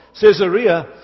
Caesarea